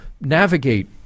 navigate